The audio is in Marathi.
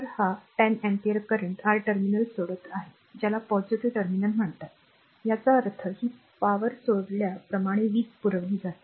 तर 10 अँपिअर करंट r टर्मिनल सोडत आहे ज्याला पॉझिटिव्ह टर्मिनल म्हणतात याचा अर्थ ही power सोडल्याप्रमाणे वीज पुरवली जाते